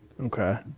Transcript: Okay